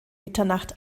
mitternacht